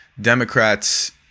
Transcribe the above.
Democrats